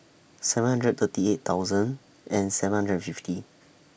seven hundred thirty eight thousand and seven hundred fifty